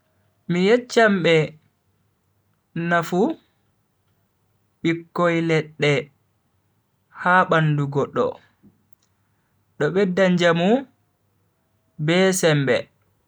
Mi yecchan be nafu bikkoi ledde ha bandu goddo, do bedda njamu be sembe.